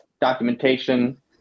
documentation